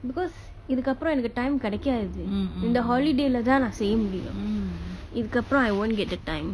because இதுக்கப்புரோ எனக்கு:ithukkappuroo enakku time கெடைக்காது:kedaikkaathu in the holiday lah தா நா செய்ய முடியு இதுகப்புரோ:thaa naa seiyya mudiyu ithukkappuroo I won't get a time